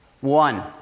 One